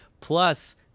Plus